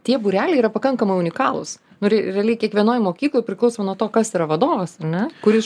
tie būreliai yra pakankamai unikalūs realiai kiekvienoj mokykloj priklauso nuo to kas yra vadovasa ne kuris